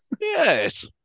Yes